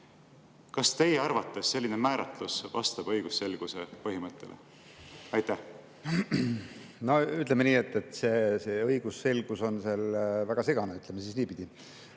Kas teie arvates selline määratlus vastab õigusselguse põhimõttele? No ütleme nii, et õigusselgus on seal väga segane. Ütleme siis niipidi.